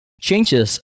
changes